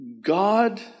God